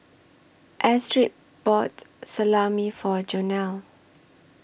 Astrid bought Salami For Jonell